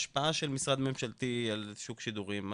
חשוב להגיד בהקשר הזה שהרגולציה על תחום השידורים בכלל,